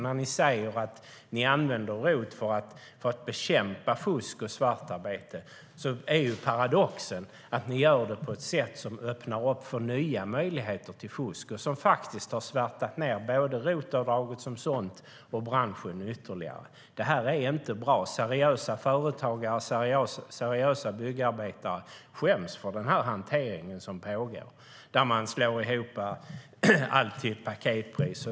När ni säger att ni använder ROT för att bekämpa fusk och svartarbete är paradoxen att ni gör det på ett sätt som öppnar upp för nya möjligheter till fusk. Det har faktiskt svärtat ned både ROT-avdraget som sådant och branschen ytterligare. Det är inte bra. Seriösa företagare och byggarbetare skäms för den hantering som pågår. Man slår ihop allt till ett paketpris.